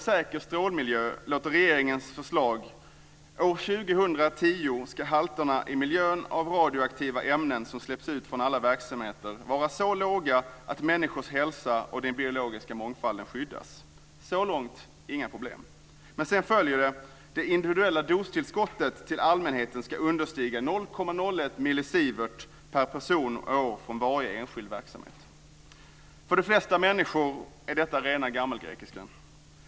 År 2010 ska halterna i miljön av radioaktiva ämnen som släpps ut från alla verksamheter vara så låga att människors hälsa och den biologiska mångfalden skyddas. Så långt inga problem. Men sedan följer: Det individuella dostillskottet till allmänheten ska understiga 0,01 millisievert per person och år från varje enskild verksamhet. För de flesta människor är detta rena gammelgrekiskan.